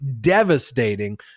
devastating